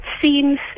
seems